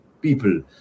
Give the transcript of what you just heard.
people